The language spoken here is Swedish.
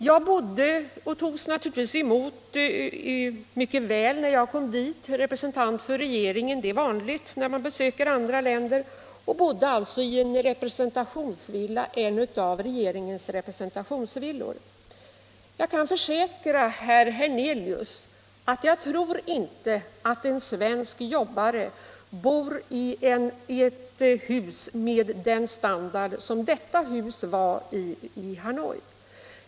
Jag togs emot mycket väl, när jag kom till Vietnam som representant för regeringen. Det är vanligt, när man besöker andra länder. Jag bodde i en av regeringens representationsvillor. Och jag tror inte, herr Hernelius, att en svensk jobbare bor i ett hus med samma låga standard som den villan har i Hanoi.